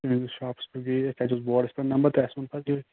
تُہٕنٛدِس شاپَس پیٚٹھ گٔے یہِ أسۍ تَتہِ اوس بورڈَس پیٚٹھ نمبر تہٕ اَسہِ اوٚن پَتہٕ یہِ